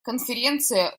конференция